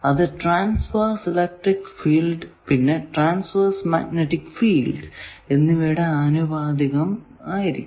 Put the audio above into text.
അത് transverse electric field പിന്നെ transverse magnetic field എന്നിവയുടെ അനുപാതമായിരിക്കും